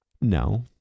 No